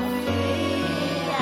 הנשיא!